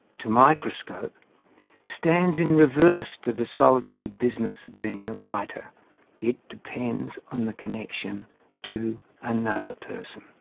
to microscope stands in reverse to the solitary business of being a writer it depends on the connection to another person.